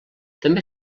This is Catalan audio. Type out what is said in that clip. també